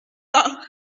pas